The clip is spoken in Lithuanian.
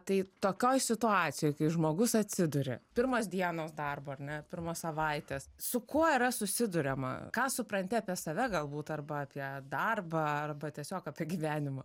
tai tokioj situacijoj kai žmogus atsiduria pirmos dienos darbo ar ne pirmos savaitės su kuo yra susiduriama ką supranti apie save galbūt arba apie darbą arba tiesiog apie gyvenimą